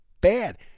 bad